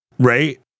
Right